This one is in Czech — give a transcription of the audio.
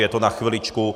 Je to na chviličku.